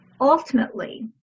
ultimately